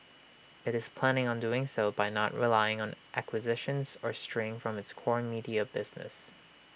IT is planning on doing so by not relying on acquisitions or straying from its core media business